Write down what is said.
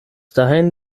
dahin